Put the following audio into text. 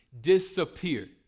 disappear